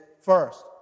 first